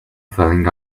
falling